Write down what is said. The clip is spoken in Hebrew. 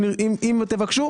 אם תבקשו,